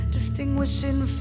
Distinguishing